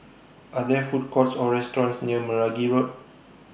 Are There Food Courts Or restaurants near Meragi Road